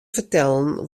fertellen